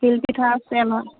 তিল পিঠা আছে আমাৰ